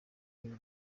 will